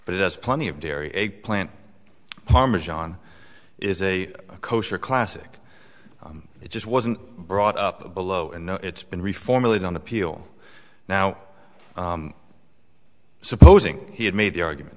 but it has plenty of dairy eggplant parmesan is a kosher classic it just wasn't brought up below and no it's been reformulate on appeal now supposing he had made the argument